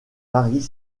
varient